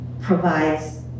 provides